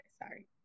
sorry